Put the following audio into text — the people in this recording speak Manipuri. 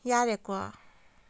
ꯌꯥꯔꯦꯀꯣ